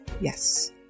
Yes